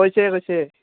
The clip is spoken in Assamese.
কৈছে কৈছে